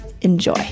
Enjoy